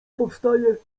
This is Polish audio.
powstaje